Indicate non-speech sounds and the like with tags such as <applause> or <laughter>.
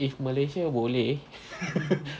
if malaysia boleh <laughs>